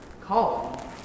Call